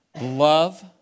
Love